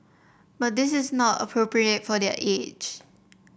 but this is not appropriate for their age